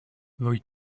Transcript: rwyt